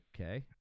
okay